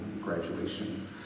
graduation